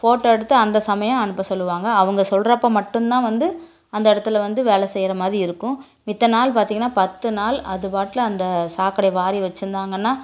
photo எடுத்து அந்த சமயம் அனுப்ப சொல்லுவாங்க அவங்க சொல்லுறப்போ மட்டுந்தான் வந்து அந்த இடத்துல வந்து வேலை செய்கிற மாதிரி இருக்கும் மத்த நாள் பார்த்தீங்கனா பத்து நாள் அதுபாட்டுல அந்த சாக்கடை வாரி வச்சிருந்தாங்கனால்